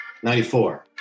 94